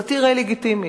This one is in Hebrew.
סאטירה היא לגיטימית,